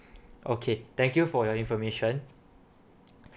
okay thank you for your information